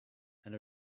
and